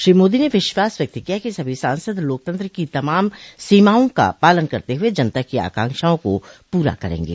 श्री मोदी ने विश्वास व्यक्त किया कि सभी सांसद लोकतंत्र की तमाम सीमाओं का पालन करते हुए जनता की आकांक्षाओं को पूरा करेंगे